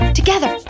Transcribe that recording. together